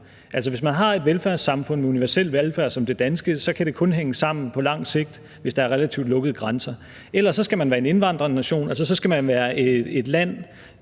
Hvis man har et velfærdssamfund med universel velfærd som det danske, kan det kun hænge sammen på lang sigt, hvis der er relativt lukkede grænser. Ellers skal man være en indvandrernation, altså være et land,